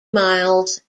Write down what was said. miles